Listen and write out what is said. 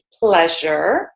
pleasure